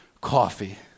coffee